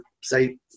say